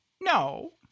No